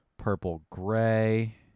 purple-gray